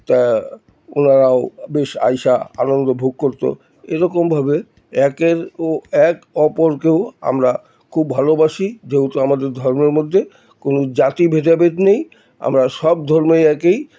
তা ওনারাও বেশ এসে আনন্দ ভোগ করতো এরকমভাবে একের ও এক অপরকেও আমরা খুব ভালোবাসি যেহেতু আমাদের ধর্মের মধ্যে কোনো জাতি ভেদাভেদ নেই আমরা সব ধর্মেই একেই